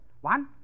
One